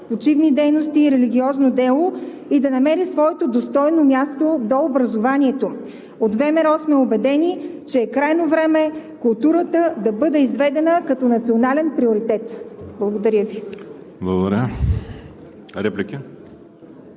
почивни дейности и религиозно дело“ и да намери своето достойно място до образованието. От ВМРО сме убедени, че е крайно време културата да бъде изведена като национален приоритет. Благодаря Ви. ПРЕДСЕДАТЕЛ